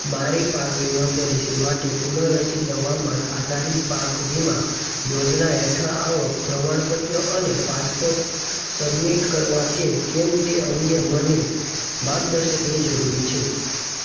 મારી પાક વીમા પોલિસી માટે પુનઃરચિત હવામાન આધારિત પાક વીમા યોજના હેઠળ આવક પ્રમાણપત્ર અને પાસપોર્ટ સબમિટ કરવા કે કેમ તે અંગે મને માર્ગદર્શનની જરૂરી છે